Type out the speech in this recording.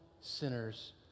sinners